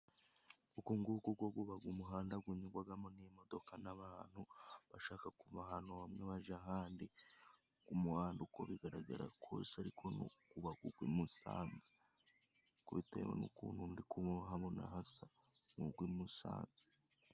Uyu uba umuhanda unyurwamo n'imodoka n'abantu, bashaka kuba ahantu bamwe bajya ahandi, umuhanda uko bigaragara kose, ariko uba uwi musanze, bitewe n'ukuntu ndikubibona hano hasa n'uwimusanze.